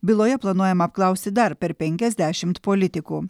byloje planuojama apklausti dar per penkiasdešimt politikų